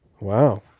Wow